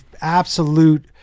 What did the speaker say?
absolute